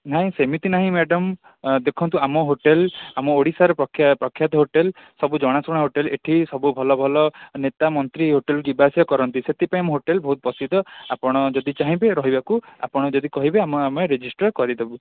ନାଇଁ ସେମିତି ନାହିଁ ମ୍ୟାଡ଼ାମ ଦେଖନ୍ତୁ ଆମ ହୋଟେଲ ଆମ ଓଡ଼ିଶାର ପ୍ରଖ୍ୟାପ୍ରଖ୍ୟାତ ହୋଟେଲ ସବୁ ଜଣାଶୁଣା ହୋଟେଲ ଏଠି ସବୁ ଭଲ ଭଲ ନେତା ମନ୍ତ୍ରୀ ହୋଟେଲ ଯିବା ଆସିବା କରନ୍ତି ସେଥିପାଇଁ ଆମ ହୋଟେଲ ବହୁତ ପ୍ରସିଦ୍ଧ ଆପଣ ଯଦି ଚାହିଁବେ ରହିବାକୁ ଆପଣ ଯଦି କହିବେ ଆମେ ଆମେ ରେଜିଷ୍ଟର କରିଦେବୁ